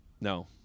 No